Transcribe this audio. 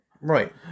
Right